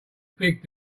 big